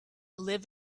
live